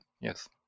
Yes